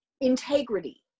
integrity